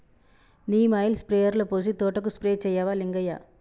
neem oil స్ప్రేయర్లో పోసి తోటకు స్ప్రే చేయవా లింగయ్య